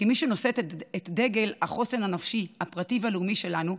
כמי שנושאת את דגל החוסן הנפשי הפרטי והלאומי שלנו,